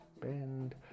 bend